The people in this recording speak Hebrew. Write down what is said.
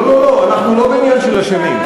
לא לא, אנחנו לא בעניין של אשמים.